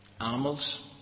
Animals